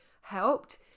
helped